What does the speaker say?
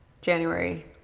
January